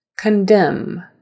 Condemn